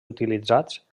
utilitzats